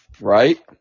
Right